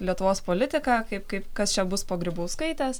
lietuvos politika kaip kaip kas čia bus po grybauskaitės